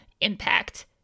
impact